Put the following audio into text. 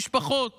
משפחות